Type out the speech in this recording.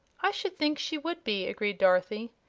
i should think she would be, agreed dorothy.